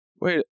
Wait